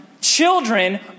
Children